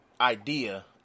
idea